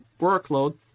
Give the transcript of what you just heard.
workload